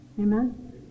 Amen